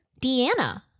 Deanna